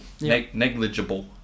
Negligible